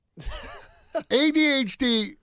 ADHD